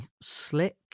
Slick